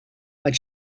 but